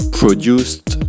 produced